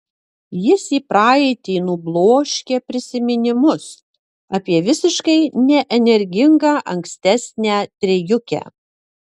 jis į praeitį nubloškia prisiminimus apie visiškai neenergingą ankstesnę trejukę